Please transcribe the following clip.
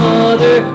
Mother